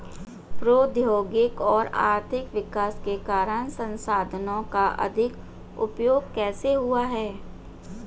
प्रौद्योगिक और आर्थिक विकास के कारण संसाधानों का अधिक उपभोग कैसे हुआ है?